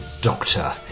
Doctor